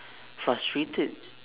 frustrated